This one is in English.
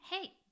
hey